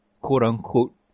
quote-unquote